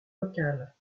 locales